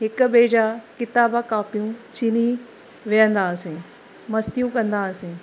हिक ॿिए जा किताब कॉपियूं छिनी वीहंदा हुआसीं मस्तियूं कंदा हुआसीं